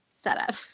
setup